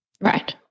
Right